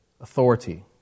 authority